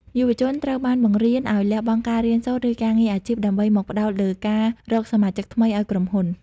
យុវជនត្រូវបានបង្រៀនឱ្យ "លះបង់" ការរៀនសូត្រ ឬការងារអាជីព ដើម្បីមកផ្តោតលើការរកសមាជិកថ្មីឱ្យក្រុមហ៊ុន។